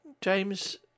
James